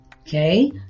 okay